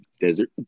desert